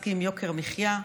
תתעסקי עם יוקר המחיה.